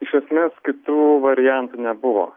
iš esmės kitų variantų nebuvo